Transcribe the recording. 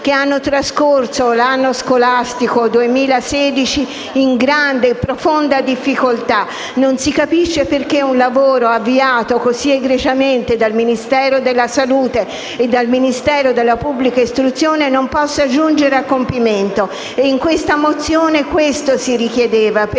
che hanno trascorso l'anno scolastico 2016 in grande e profonda difficoltà. Non si capisce perché un lavoro avviato così egregiamente dai Ministeri della salute e della pubblica istruzione non possa giungere a compimento. E nella mozione in questione si richiedeva